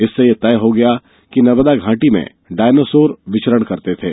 इससे यह तय हो गया है कि नर्मदा घाटी में डायनासौर विचरण करते थे